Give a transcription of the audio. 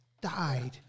died